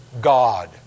God